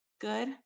good